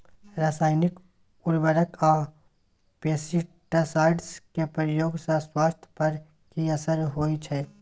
रसायनिक उर्वरक आ पेस्टिसाइड के प्रयोग से स्वास्थ्य पर कि असर होए छै?